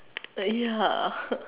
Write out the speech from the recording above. uh ya